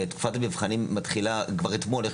תקופת המבחנים מתחילה כבר אתמול,